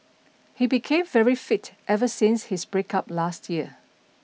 he became very fit ever since his breakup last year